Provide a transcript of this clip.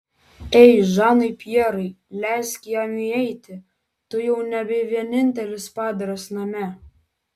ei žanai pjerai leisk jam įeiti tu jau nebe vienintelis padaras name